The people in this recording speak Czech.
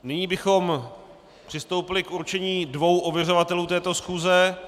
Nyní bychom přistoupili k určení dvou ověřovatelů této schůze.